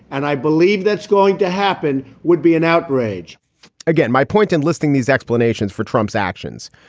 and i believe that's going to happen would be an outrage again, my point in listening these explanations for trump's actions,